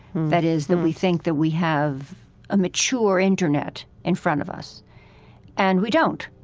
that is that we think, that we have a mature internet in front of us and we don't.